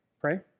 Pray